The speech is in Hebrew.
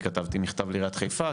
אני כתבתי מכתב לעיריית חיפה,